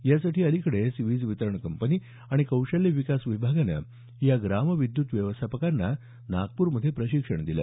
यासाठी अलिकडेच वीज वितरण कंपनी आणि कौशल्य विकास विभागानं या ग्राम विद्युत व्यवस्थापकांना नागपूरमध्ये प्रशिक्षण दिलं